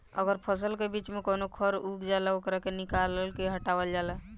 अगर फसल के बीच में कवनो खर उग जाला ओकरा के निकाल के हटावल जाला